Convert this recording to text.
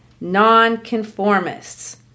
nonconformists